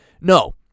No